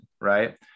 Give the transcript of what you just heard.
right